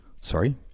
Sorry